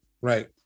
Right